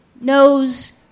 knows